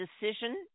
decision